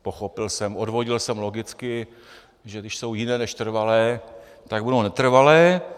Pochopil jsem, odvodil jsem logicky, že když jsou jiné než trvalé, tak budou netrvalé.